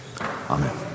Amen